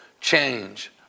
change